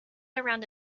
around